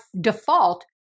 default